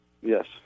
Yes